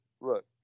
look